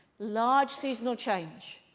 large seasonal change,